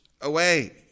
away